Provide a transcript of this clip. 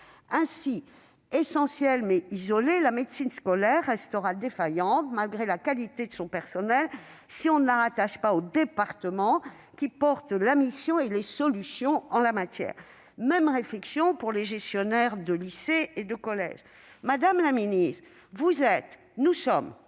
Ainsi, essentielle, mais isolée, la médecine scolaire restera défaillante, malgré la qualité de son personnel, si on ne la rattache pas au département qui assure la mission et les solutions de sauvegarde de l'enfance. Même réflexion pour les gestionnaires de lycées et de collèges. Madame la ministre, nous sommes